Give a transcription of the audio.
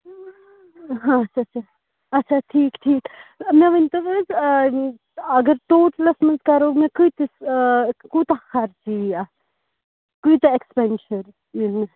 ہاں اَچھا اَچھا اَچھا ٹھیٖک ٹھیٖک مےٚ ؤنۍ تَو حظ اگر ٹوٹلَس مَنٛز کَرو مےٚ کۭتِس کوٗتاہ خَرچہِ یِیہِ اَتھ کۭتیاہ ایٚکسپیٚنٛڈچَر